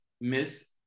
Miss